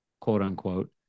quote-unquote